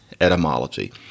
etymology